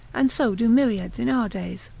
and so do myriads in our days.